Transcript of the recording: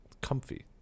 comfy